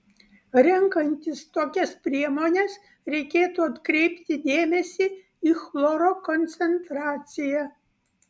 renkantis tokias priemones reikėtų atkreipti dėmesį į chloro koncentraciją